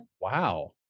Wow